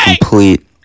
complete